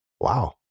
Wow